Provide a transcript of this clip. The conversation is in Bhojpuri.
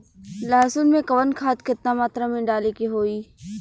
लहसुन में कवन खाद केतना मात्रा में डाले के होई?